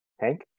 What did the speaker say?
Hank